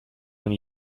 when